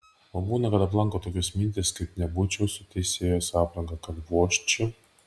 o būna kad aplanko tokios mintys kaip nebūčiau su teisėjos apranga kad vožčiau